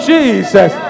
Jesus